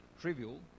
trivial